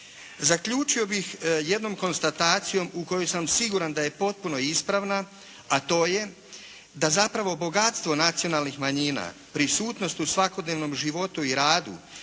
Zaključio bi jednom konstatacijom u koju sam siguran da je potpuno ispravna, a to je da zapravo bogatstvo nacionalnih manjina, prisutnost u svakodnevnom životu i radu,